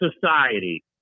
society